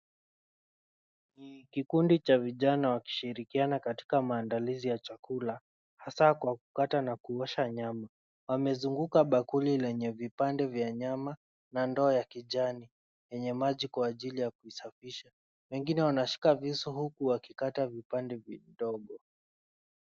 Ni kikundi cha vijana wakishirikiana katika maandalizi ya chakula. Hasa kwa kukata na kuosha nyama. Wamezunguka bakuli lenye vipande vya nyama na ndoo ya kijani, yenye maji kwa ajili ya kuisafisha. Wengine wanashika visu huku wakikata vipande vidogo.